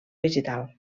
vegetal